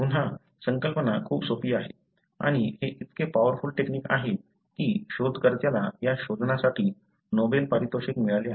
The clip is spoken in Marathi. पुन्हा संकल्पना खूप सोपी आहे आणि हे इतकी पॉवरफुल टेक्नीक आहे की शोधकर्त्याला या शोधासाठी नोबेल पारितोषिक मिळाले आहे